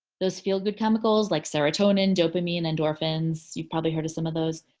those feel good chemicals like serotonin, dopamine, endorphins. you've probably heard some of those.